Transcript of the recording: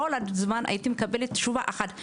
כל הזמן הייתי מקבלת תשובה אחד,